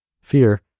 Fear